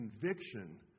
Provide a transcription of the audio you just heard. conviction